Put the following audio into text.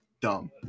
dumb